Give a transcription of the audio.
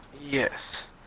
Yes